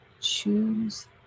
Choose